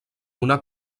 una